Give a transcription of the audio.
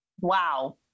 wow